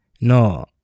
No